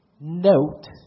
Note